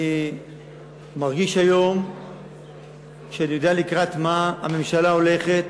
אני מרגיש היום שאני יודע לקראת מה הממשלה הולכת